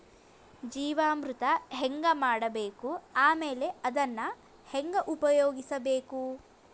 ಜೀವಾಮೃತ ಹೆಂಗ ಮಾಡಬೇಕು ಆಮೇಲೆ ಅದನ್ನ ಹೆಂಗ ಉಪಯೋಗಿಸಬೇಕು?